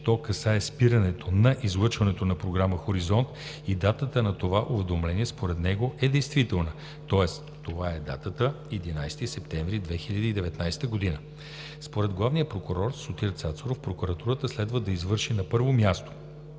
че то касае спирането на излъчването на програма „Хоризонт“ и датата на това уведомление според него е действителна, тоест това е датата 11 септември 2019 г. Според главния прокурор господин Сотир Цацаров прокуратурата следва да извърши на първо място